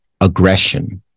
aggression